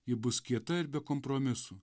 ji bus kieta ir be kompromisų